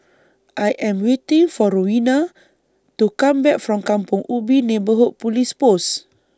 I Am waiting For Rowena to Come Back from Kampong Ubi Neighbourhood Police Post